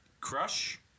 Crush